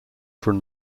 from